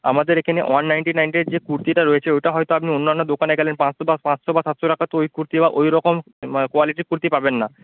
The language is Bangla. আমাদের এখানে ওয়ান নাইন্টি নাইনের যে কুর্তিটা রয়েছে ওটা হয়তো আপনি অন্যান্য দোকানে গেলে পাঁচশো বা পাঁচশো বা সাতশো টাকাতেও ওই কুর্তি বা ওইরকম মানে কোয়ালিটির কুর্তি পাবেন না